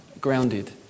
grounded